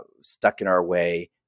stuck-in-our-way